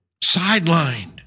sidelined